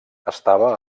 estava